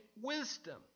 wisdom